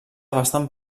bastant